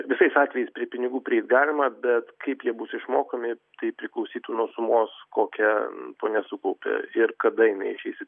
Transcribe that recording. visais atvejais prie pinigų prieit galima bet kaip jie bus išmokami tai priklausytų nuo sumos kokią ponia sukaupė ir kada jinai išeis į